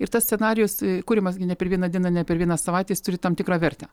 ir tas scenarijus kuriamas gi ne per vieną dieną ne per vieną savaitę jis turi tam tikrą vertę